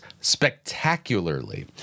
spectacularly